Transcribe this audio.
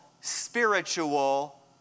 spiritual